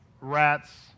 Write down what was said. rats